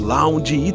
Lounge